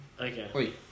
Okay